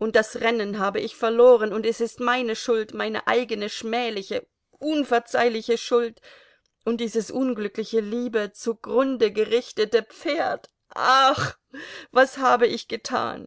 und das rennen habe ich verloren und es ist meine schuld meine eigene schmähliche unverzeihliche schuld und dieses unglückliche liebe zugrunde gerichtete pferd aaah was habe ich getan